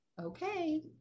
Okay